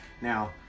now